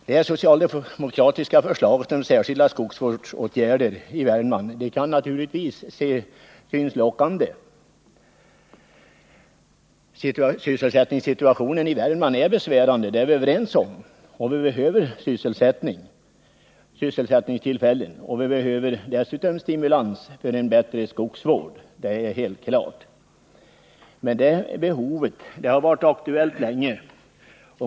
Det socialdemokratiska förslaget om särskilda skogsvårdsåtgärder i Värmland kan naturligtsvis synas lockande. Sysselsättningssituationen i Värmland är besvärande — det är vi överens om — och det behövs sysselsättningstillfällen där. Att vi dessutom behöver stimulans till en bättre skogsvård är helt klart. Men det behovet har varit aktuellt länge.